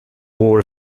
war